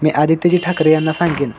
मी आदित्यजी ठाकरे यांना सांगेन